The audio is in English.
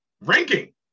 ranking